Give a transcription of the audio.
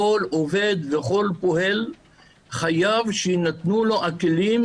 כל עובד וכל פועל חייב שיינתנו לו הכלים,